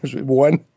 one